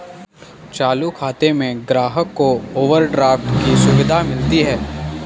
चालू खाता में ग्राहक को ओवरड्राफ्ट की सुविधा मिलती है